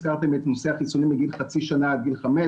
הזכרתם את נושא החיסונים מגיל חצי שנה עד גיל חמש,